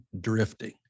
drifting